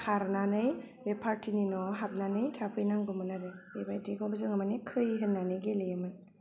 खारनानै बे फारथिनि न 'आव हाबनानै थाफैनांगौमोन आरो बेबादिखौनो जोङो मानि खै होननानै गेलेयोमोन